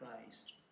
Christ